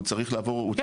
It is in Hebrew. הוא צריך לעבור --- כן,